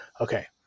Okay